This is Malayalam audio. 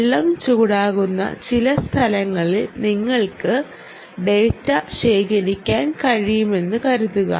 വെള്ളം ചൂടാകുന്ന ചില സ്ഥലങ്ങളിൽ നിങ്ങൾക്ക് ടേറ്റ ശേഖരിക്കാൻ കഴിയുമെന്ന് കരുതുക